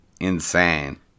Insane